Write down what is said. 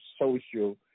social